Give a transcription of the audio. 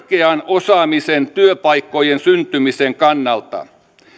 osaamisen työpaikkojen syntymisen kannalta